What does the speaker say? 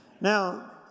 Now